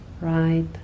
right